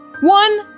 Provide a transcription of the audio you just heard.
one